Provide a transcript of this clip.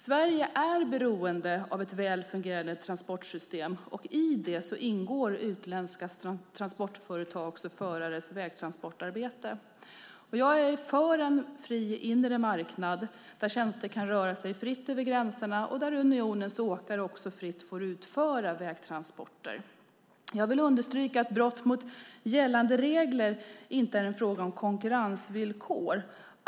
Sverige är beroende av ett väl fungerande transportsystem, och i det ingår utländska transportföretags och förares vägtransportarbete. Jag är för en fri inre marknad, där tjänster kan röra sig fritt över gränserna och där unionens åkare också fritt får utföra vägtransporter. Jag vill understryka att brott mot gällande regler inte är en fråga om konkurrensvillkor.